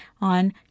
on